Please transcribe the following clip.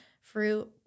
fruit